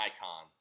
icon